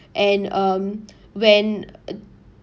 and um when